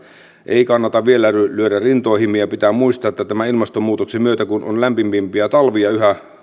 ei kannata vielä lyödä rintoihimme ja pitää muistaa että tämän ilmastonmuutoksen myötä kun on yhä lämpimämpiä talvia